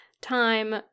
time